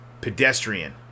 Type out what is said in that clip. pedestrian